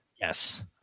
Yes